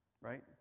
right